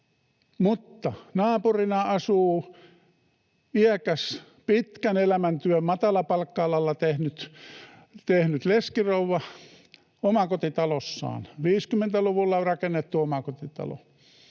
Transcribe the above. Mutta naapurina asuu iäkäs, pitkän elämäntyön matalapalkka-alalla tehnyt leskirouva omakotitalossaan, 50-luvulla rakennettu omakotitalo.